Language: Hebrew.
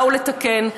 באו לתקן,